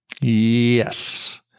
Yes